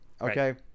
Okay